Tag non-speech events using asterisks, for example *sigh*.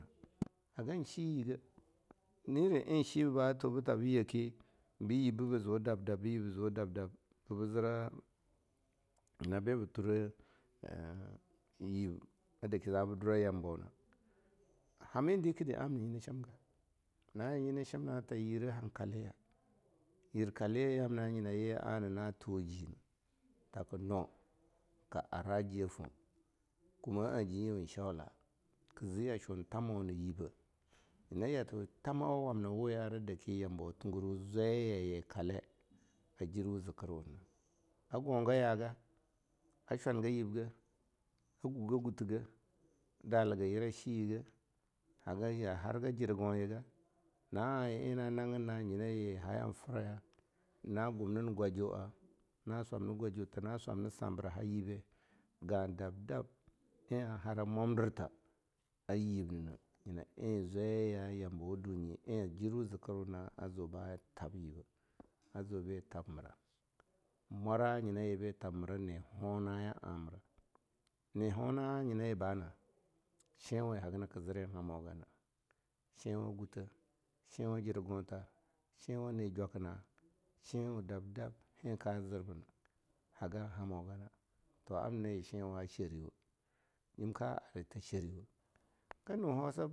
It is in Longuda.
Hanaga shiyi gah, niri shibah batu tabi yaki ba yib bnibah zu dab-dab ba yib ba zu dab-dab bibah zira nyima biba turah *hesitation* yib a daki zabu dura yambu na. hamin dikah di amna nyina shinga, na eh nyina shimta yire ham kjaliya. yir kaliyamna nyina na tuji nah taka na, ka ara ji foh, kumah aji yun shola, kazi yashwu thamawa na yibe, nyina yashwu thamau wamna ara daki yambo tungir zwayar ya ye yi kala a jirwu zikirwurna, a gonga yaga, a shwanga yibgah, a gugah getteh gah, a daliga yira shiyi gah, harga jirgonyiga, na'a yi eh na naggin na hayan firaya, na gumnin gwaju'a, na swamna gwajuta, na swamna sambiraha yibe. Ga'ah dab-dab eh an haya mwamdirta a yib nanhe, nyina eh zwaya yambawa dunye eh a jirwu zikirwuma a zuba thab yibe, a zubi thab mira. mwara nyina yibi thab mira ne hona'a mira, ne hona nyina yi bana? shinwe haga naka zirin hamo gana, shinwa gutteh, shinwa jirgonta, shinwa nejwakina, shinwa dab-dab heh ka zirba na hagan hamo gana, toh amna nyina shinwa shariwoh, jimka arita shariwoh kani hosa.